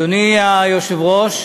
אדוני היושב-ראש,